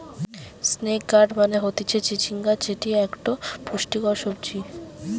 snake gourd মানে হতিছে চিচিঙ্গা যেটি একটো পুষ্টিকর সবজি